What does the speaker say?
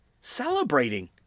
celebrating